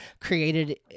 created